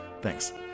Thanks